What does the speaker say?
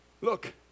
Look